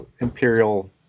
imperial